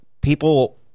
people